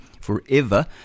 forever